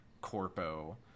corpo